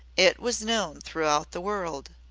it was known throughout the world.